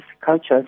cultures